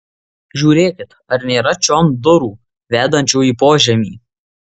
žiūrėkit ar nėra čion durų vedančių į požemį